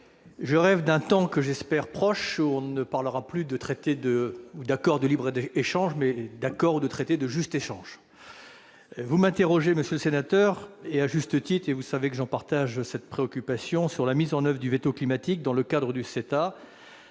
je rêve d'un temps que j'espère proche où l'on parlera non plus d'accord ou de traité de libre-échange, mais d'accord ou de traité de juste échange. Vous m'interrogez, monsieur le sénateur, à juste titre- vous savez que je partage votre préoccupation -sur la mise en oeuvre du veto climatique dans le cadre du CETA